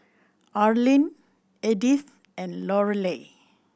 Arline Edythe and Lorelei